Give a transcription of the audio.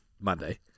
Monday